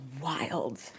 wild